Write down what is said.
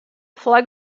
flag